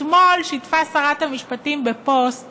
אתמול שיתפה שרת המשפטים בפוסט